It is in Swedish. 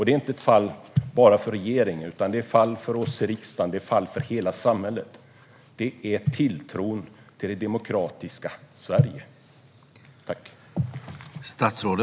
Det är inte bara ett fall för regeringen, utan det är ett fall även för oss i riksdagen och för hela samhället. Det handlar om tilltron till det demokratiska Sverige.